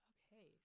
Okay